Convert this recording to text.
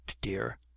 dear